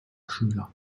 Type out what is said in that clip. schüler